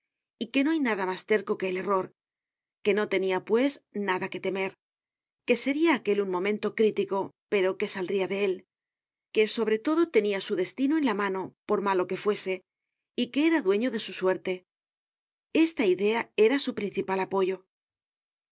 y que no hay nada mas terco que el error que no tema pues nada que temer que seria aquel un momento crítico pero que saldria de él que sobre todo tenia su destino en la mano por malo que fuese y que era dueño de su suerte esta idea era su principal apoyo